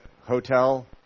Hotel